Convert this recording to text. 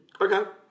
Okay